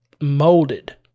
molded